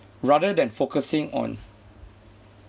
rather than focusing on